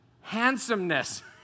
handsomeness